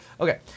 Okay